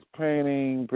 painting